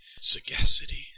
sagacity